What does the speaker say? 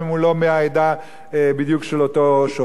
גם אם הוא לא מהעדה בדיוק של אותו שופט.